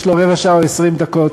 יש לו רבע שעה או 20 דקות.